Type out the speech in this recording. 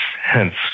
hence